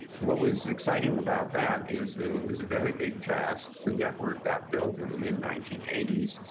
what was exciting about that is that it was a very big task. the network got built in the mid nineteen eighty s.